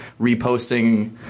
reposting